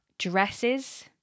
Dresses